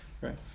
Right